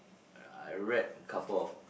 I read couple of